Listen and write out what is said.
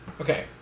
Okay